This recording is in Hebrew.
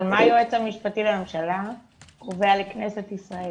אבל מה היועץ המשפטי לממשלה קובע לכנסת ישראל?